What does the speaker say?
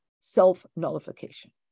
self-nullification